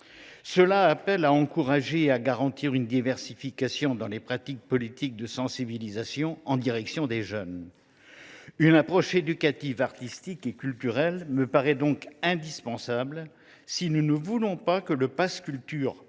Cela appelle à encourager et à garantir une diversification des politiques de sensibilisation en direction des jeunes. Une approche éducative artistique et culturelle me paraît donc indispensable si nous ne voulons pas que le pass Culture,